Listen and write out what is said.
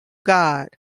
god